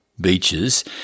beaches